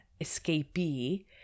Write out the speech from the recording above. escapee